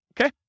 Okay